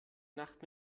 nacht